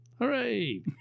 Hooray